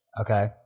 okay